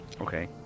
Okay